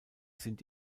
sind